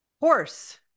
Horse